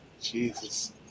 Jesus